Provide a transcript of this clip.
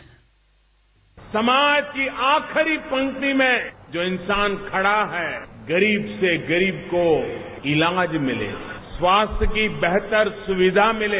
bite समाज की आखिरी पंक्ति में जो इंसान खड़ा है गरीब से गरीब को इलाज मिले खास्थ्य की बेहतर सुविधा मिले